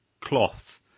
cloth